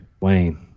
Wayne